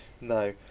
No